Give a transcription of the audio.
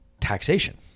taxation